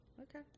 Okay